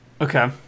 Okay